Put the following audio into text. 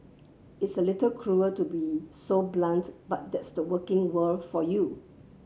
it's a little cruel to be so blunt but that's the working world for you